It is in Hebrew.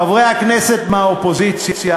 חברי הכנסת מהאופוזיציה,